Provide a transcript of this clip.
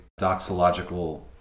doxological